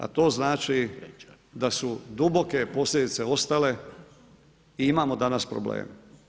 A to znači da su duboke posljedice ostale i imamo danas problema.